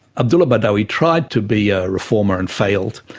abdullah badawi tried to be a reformer and failed,